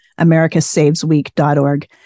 americasavesweek.org